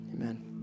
amen